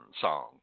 song